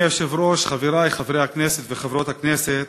אדוני היושב-ראש, חברי חברי הכנסת וחברות הכנסת,